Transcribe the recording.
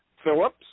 Phillips